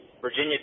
Virginia